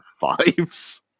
fives